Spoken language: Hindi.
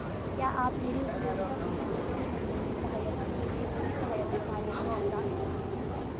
क्या आप मेरे उपयोगिता बिल को कम करने में सहायता के लिए कोई सहायता कार्यक्रम प्रदान करते हैं?